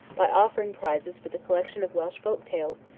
by offering prizes for the collection of welsh folk-tales,